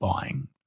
buying